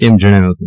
તેમ જણાવ્યું હતું